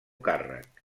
càrrec